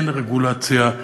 אין רגולציה,